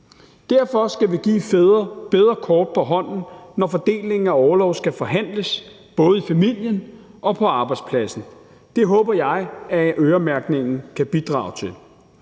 Derfor skal vi give fædre bedre kort på hånden, når fordelingen af orlov skal forhandles både i familien og på arbejdspladsen. Det håber jeg at øremærkningen kan bidrage til.